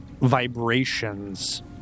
vibrations